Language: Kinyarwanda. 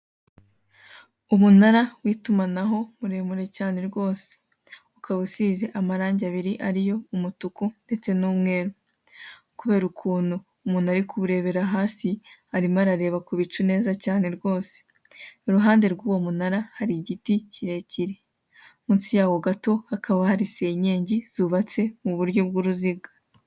Umunara w'itumanaho muremure cyane rwose, ukaba usize amarangi abiri ari yo umutuku ndetse n'umweru, kubera ukuntu umuntu ari kuwurebera hasi, arimo arareba ku bicu neza cyane rwose, iruhande rw'uwo munara hari igiti kirekire, munsi yawo gato hakaba hari senyenge zubatse mu buryo bw'uruziga.